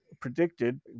predicted